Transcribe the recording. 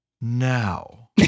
now